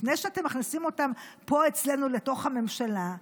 לפני שאתם מכניסים אותם פה אצלנו לתוך הממשלה,